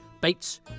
Bates